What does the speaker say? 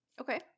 Okay